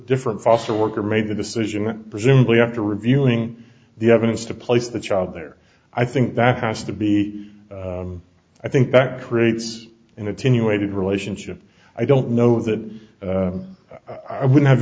different foster worker made the decision presumably after reviewing the evidence to place the child there i think that has to be i think that creates an attenuated relationship i don't know that i would have